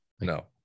No